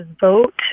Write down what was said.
vote